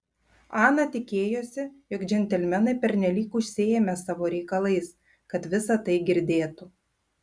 ana tikėjosi jog džentelmenai pernelyg užsiėmę savo reikalais kad visa tai girdėtų